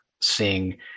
seeing